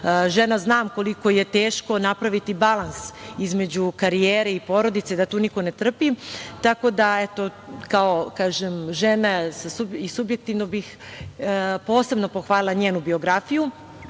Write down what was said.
žena znam koliko je teško napraviti balans između karijere i porodice da tu niko ne trpi. Eto, kao žena, subjektivno bih, posebno pohvalila njenu biografiju. Srbija